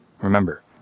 Remember